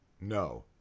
No